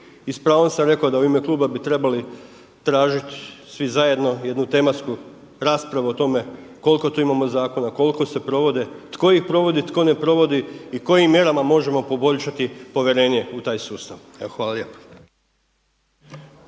I s pravom sam rekao da u ime kluba bi trebali tražiti svi zajedno jednu tematsku raspravu o tome koliko tu imamo zakona, koliko se provodi, tko ih provodi, tko ne providi i kojim mjerama možemo poboljšati povjerenje u taj sustav. Hvala lijepo.